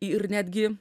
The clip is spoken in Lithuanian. ir netgi